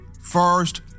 first